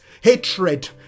hatred